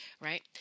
right